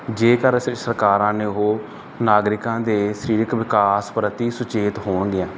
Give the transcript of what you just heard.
ਜੇਕਰ ਅਸੀਂ ਸਰਕਾਰਾਂ ਨੇ ਉਹ ਨਾਗਰਿਕਾਂ ਦੇ ਸਰੀਰਕ ਵਿਕਾਸ ਪ੍ਰਤੀ ਸੁਚੇਤ ਹੋਣਗੀਆਂ